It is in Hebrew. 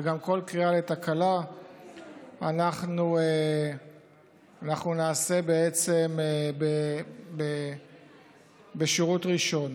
וגם כל קריאה לתקלה אנחנו נעשה בשירות ראשון.